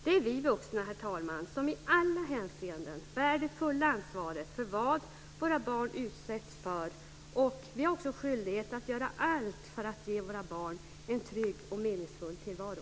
Det är vi vuxna, herr talman, som i alla hänseenden bär det fulla ansvaret för vad våra barn utsätts för. Vi har också skyldighet att göra allt för att ge våra barn en trygg och meningsfull tillvaro.